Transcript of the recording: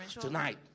Tonight